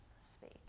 speak